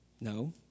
No